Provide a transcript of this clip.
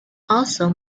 also